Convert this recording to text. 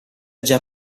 già